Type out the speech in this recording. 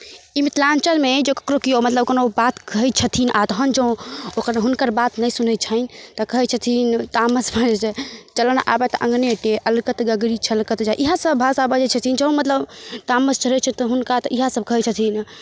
ई मिथिलाञ्चलमे जे ककरो केओ मतलब कोनो बात कहै छथिन आओर तहन जँ ओकर हुनकर बात नहि सुनै छनि तऽ कहै छथिन तामस पर जे चलऽ ने आबय तऽ अङ्गने टेढ़ अलकत गगरी छलकत जाइ इएहे सब भाषा बजै छथिन जँ मतलब तामस चढ़ै छै हुनका तऽ ईएह सब कहै छथिन